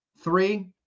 three